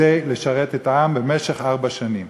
כדי לשרת את העם במשך ארבע שנים.